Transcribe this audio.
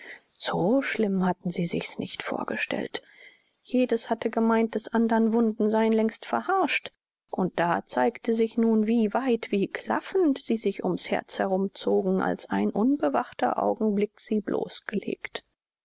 so schlimm hatten sie sich's nicht vorgestellt jedes hatte gemeint des andern wunden seien längst verharscht und da zeigte sich nun wie weit wie klaffend sie sich um's herz herum zogen als ein unbewachter augenblick sie bloßgelegt